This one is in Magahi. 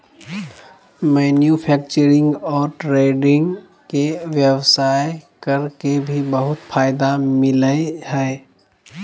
मैन्युफैक्चरिंग और ट्रेडिंग के व्यवसाय कर के भी बहुत फायदा मिलय हइ